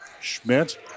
Schmidt